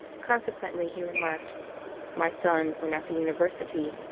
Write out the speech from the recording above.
con sequently he remarked my son, when at the university,